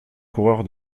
coureur